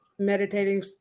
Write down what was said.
meditating